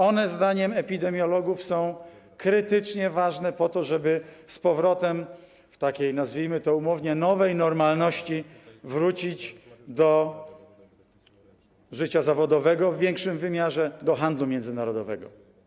One, zdaniem epidemiologów, są krytycznie ważne po to, żeby w takiej, nazwijmy to umownie, nowej normalności wrócić do życia zawodowego w większym wymiarze, do handlu międzynarodowego.